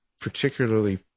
particularly